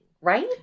right